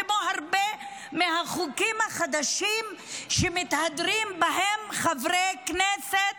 כמו הרבה מהחוקים החדשים שמתהדרים בהם חברי כנסת